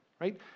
right